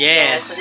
Yes